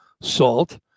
salt